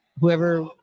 whoever